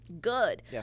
good